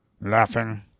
laughing